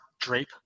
drape